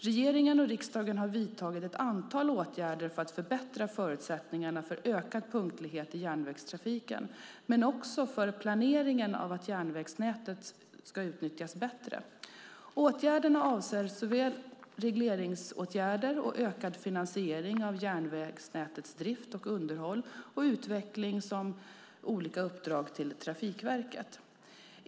Regeringen och riksdagen har vidtagit ett antal åtgärder för att förbättra förutsättningarna för ökad punktlighet i järnvägstrafiken, men också för planeringen av järnvägsnätets utnyttjande. Åtgärderna avser såväl regleringsåtgärder och ökad finansiering av järnvägsnätets drift, underhåll och utveckling som olika uppdrag till Trafikverket.